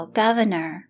governor